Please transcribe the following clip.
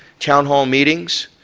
town hall meetings,